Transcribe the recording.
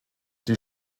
die